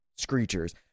screechers